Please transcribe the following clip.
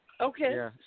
Okay